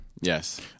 yes